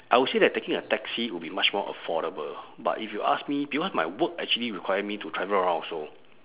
I will say that taking a taxi would be much more affordable but if you ask me because my work actually require me to travel around also